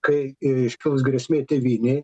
kai ir iškils grėsmė tėvynei